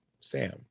Sam